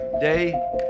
day